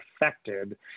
affected